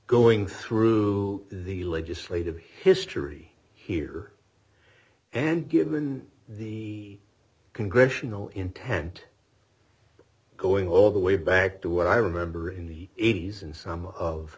going through the legislative history here and given the congressional intent going all the way back to what i remember in the eighty's and some of